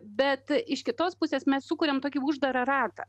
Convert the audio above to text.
bet iš kitos pusės mes sukuriam tokį uždarą ratą